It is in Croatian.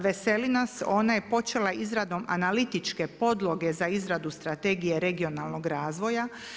Veseli nas, ona je počela izradom analitičke podloge za izradu Strategije regionalnog razvoja.